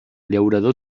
llaurador